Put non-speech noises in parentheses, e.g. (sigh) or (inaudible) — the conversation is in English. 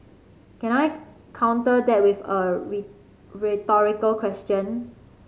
can I counter that with a (unintelligible) rhetorical question